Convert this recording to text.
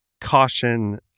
caution